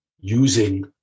using